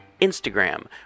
Instagram